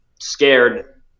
scared